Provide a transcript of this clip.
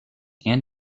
and